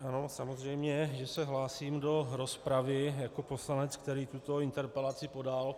Ano, samozřejmě že se hlásím do rozpravy jako poslanec, který tuto interpelaci podal.